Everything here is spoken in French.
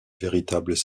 véritables